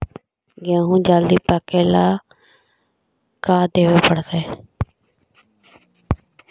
गेहूं जल्दी पके ल का देबे पड़तै?